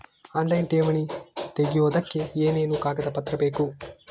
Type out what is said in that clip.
Online ಠೇವಣಿ ತೆಗಿಯೋದಕ್ಕೆ ಏನೇನು ಕಾಗದಪತ್ರ ಬೇಕು?